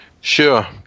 Sure